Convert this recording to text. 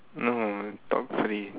no talk free